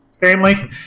family